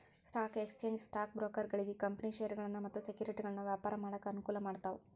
stock exchange stock ಬ್ರೋಕರ್ಗಳಿಗಿ company ಷೇರಗಳನ್ನ ಮತ್ತ ಸೆಕ್ಯುರಿಟಿಗಳನ್ನ ವ್ಯಾಪಾರ ಮಾಡಾಕ ಅನುಕೂಲ ಮಾಡ್ತಾವ